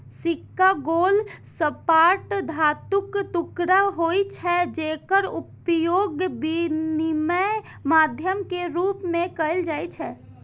सिक्का गोल, सपाट धातुक टुकड़ा होइ छै, जेकर उपयोग विनिमय माध्यम के रूप मे कैल जाइ छै